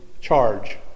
charge